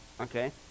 okay